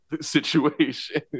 situation